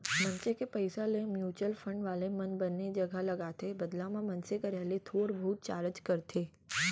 मनसे के पइसा ल म्युचुअल फंड वाले मन बने जघा लगाथे बदला म मनसे करा ले थोर बहुत चारज करथे